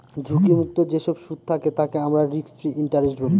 ঝুঁকি মুক্ত যেসব সুদ থাকে তাকে আমরা রিস্ক ফ্রি ইন্টারেস্ট বলি